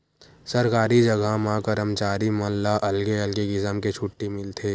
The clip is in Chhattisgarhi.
सरकारी जघा म करमचारी मन ला अलगे अलगे किसम के छुट्टी मिलथे